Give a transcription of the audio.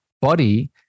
body